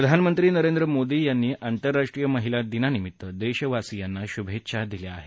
प्रधानमंत्री नरेद्रमोदी यांनी आंतरराष्ट्रीय महिला दिनानिमित्त देशवासियांना शुभेच्छा दिल्या आहेत